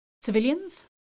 civilians